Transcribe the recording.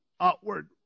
outward